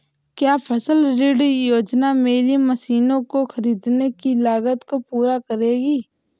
क्या फसल ऋण योजना मेरी मशीनों को ख़रीदने की लागत को पूरा करेगी?